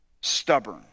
stubborn